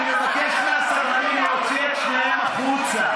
אני מבקש מהסדרנים להוציא את שניהם החוצה.